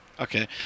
Okay